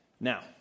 Now